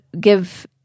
give